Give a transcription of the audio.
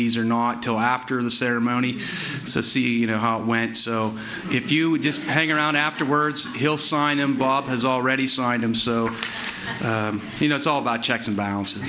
these or not till after the ceremony so see you know how it went so if you just hang around afterwards he'll sign him bob has already signed him so you know it's all about checks and balances